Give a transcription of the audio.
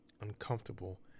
uncomfortable